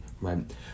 right